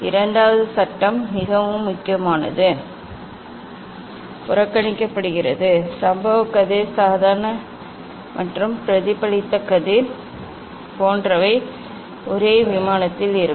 இரண்டாவது சட்டம் மிகவும் முக்கியமானது புறக்கணிக்கப்படுகிறது சம்பவ கதிர் சாதாரண மற்றும் பிரதிபலித்த கதிர் போன்றவை ஒரே விமானத்தில் இருக்கும்